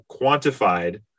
quantified